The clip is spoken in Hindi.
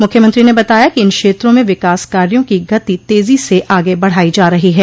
मुख्यमंत्री ने बताया कि इन क्षेत्रों में विकास कार्यो की गति तेजी से आगे बढ़ाई जा रही है